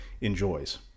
enjoys